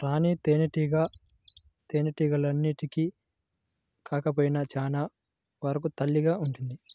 రాణి తేనెటీగ తేనెటీగలన్నింటికి కాకపోయినా చాలా వరకు తల్లిగా ఉంటుంది